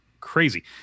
crazy